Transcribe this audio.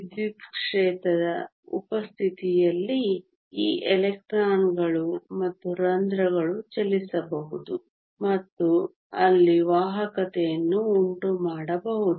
ವಿದ್ಯುತ್ ಕ್ಷೇತ್ರದ ಉಪಸ್ಥಿತಿಯಲ್ಲಿ ಈ ಎಲೆಕ್ಟ್ರಾನ್ಗಳು ಮತ್ತು ರಂಧ್ರಗಳು ಚಲಿಸಬಹುದು ಮತ್ತು ಅಲ್ಲಿ ವಾಹಕತೆಯನ್ನು ಉಂಟುಮಾಡಬಹುದು